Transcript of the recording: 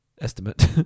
Estimate